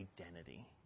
identity